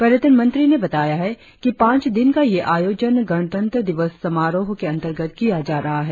पर्यटन मंत्री ने बताया है कि पांच दिन का यह आयोजन गणतंत्र दिवस समारोहों के अंतर्गत किया जा रहा है